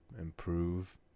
improve